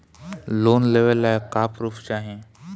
Loan लेवे ला का पुर्फ चाही?